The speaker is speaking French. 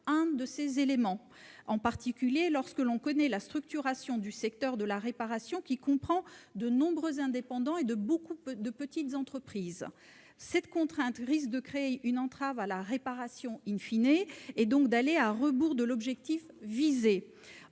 un de ses éléments, en particulier lorsque l'on connaît la structuration du secteur de la réparation, qui comprend de nombreux indépendants et beaucoup de petites entreprises. Cette contrainte risque de créer une entrave à la réparation, donc d'aller à rebours de l'objectif visé.